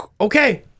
Okay